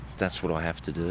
that's what i have to do